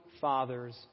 Father's